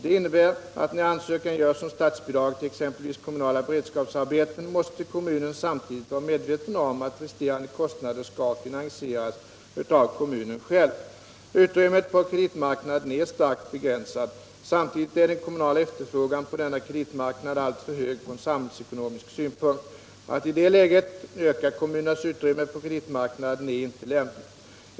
Det innebär att då ansökan görs om statsbidrag till exempelvis kommunala beredskapsarbeten måste kommunen samtidigt vara medveten om att resterande kostnader skall finansieras av kommunen själv. Utrymmet på kreditmarknaden är starkt begränsat. Samtidigt är den kommunala efterfrågan på denna kreditmarknad alltför hög från samhällsekonomisk synpunkt. Att i detta läge öka kommunernas utrymme på kreditmarknaden är inte lämpligt.